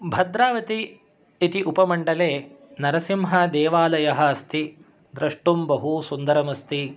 भद्रावती इति उपमण्डले नरसिंहदेवालयः अस्ति द्रष्टुं बहुसुन्दरमस्ति